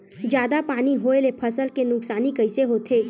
जादा पानी होए ले फसल के नुकसानी कइसे होथे?